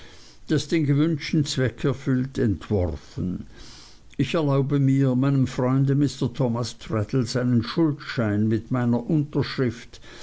das den gewünschten zweck erfüllt entworfen ich erlaube mir meinem freunde mr thomas traddles einen schuldschein mit meiner unterschrift